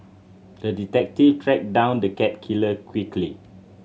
the detective tracked down the cat killer quickly